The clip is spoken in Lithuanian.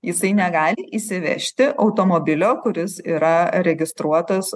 jisai negali įsivežti automobilio kuris yra registruotas